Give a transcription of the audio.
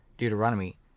Deuteronomy